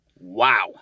wow